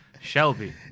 Shelby